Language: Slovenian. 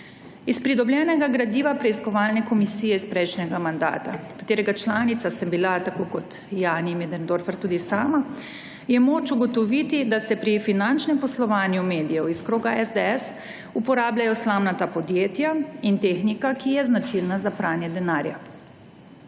Iz pridobljenega gradiva Preiskovalne komisije iz prejšnjega mandata, katerega članica sem bila, tako kot Jani Möderndorefer, tudi sama, je moč ugotoviti, da se pri finančnem poslovanju medijev iz kroga SDS uporabljano slamnata podjetja in tehnika, ki je značilna za pranje denarja.